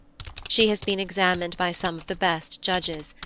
she has been examined by some of the best judges,